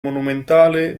monumentale